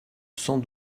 cent